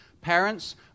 parents